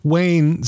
Wayne